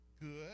Good